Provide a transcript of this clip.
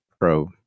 pro